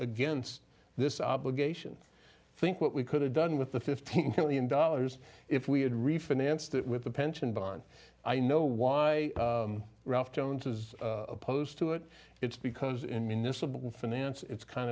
against this obligation think what we could have done with the fifteen billion dollars if we had refinanced it with the pension bond i know why ralph jones is opposed to it it's because in municipal finance it's kind